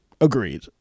Agreed